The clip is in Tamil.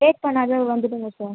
லேட் பண்ணாத வந்திடுங்க சார்